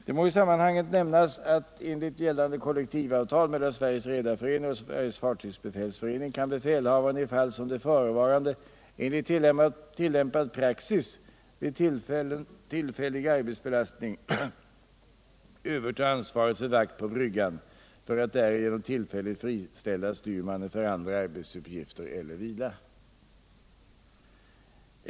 Det torde i sammanhanget böra nämnas att enligt gällande kollektivavtal mellan Sveriges redareförening och Sveriges fartygsbefälsförening kan befälhavaren i fall som det förevarande enligt tillämpad praxis vid tillfällig arbetsbelastning överta ansvaret för vakt på bryggan för att därigenom uillfälligt friställa styrmannen för andra arbetsuppgifter eller vila.